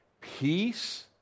peace